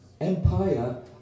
empire